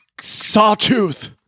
sawtooth